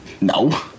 no